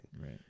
Right